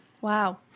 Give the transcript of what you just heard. wow